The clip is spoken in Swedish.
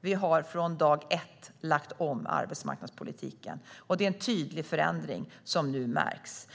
Vi har från dag ett lagt om arbetsmarknadspolitiken. Det är en tydlig förändring som nu märks.